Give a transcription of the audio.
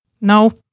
no